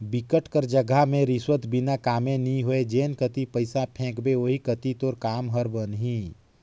बिकट कर जघा में रिस्वत बिना कामे नी होय जेन कती पइसा फेंकबे ओही कती तोर काम हर बनही